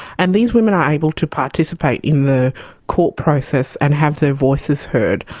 and these women are able to participate in the court process and have their voices heard.